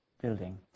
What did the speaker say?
building